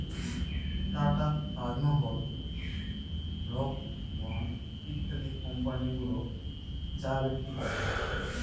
tata, Taj Mahal, Brooke Bond ইত্যাদি company গুলো চা বিক্রি করে